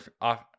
off